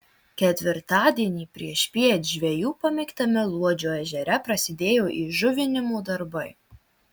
ketvirtadienį priešpiet žvejų pamėgtame luodžio ežere prasidėjo įžuvinimo darbai